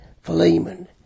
Philemon